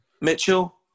Mitchell